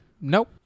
Nope